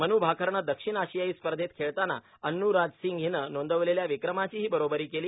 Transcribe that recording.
मन् भाकरनं दक्षिण आशियाई स्पर्धेत खेळताना अन्न् राज सिंग हिनं नोंदवलेल्या विक्रमाचीही बरोबरी केली